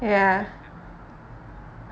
ya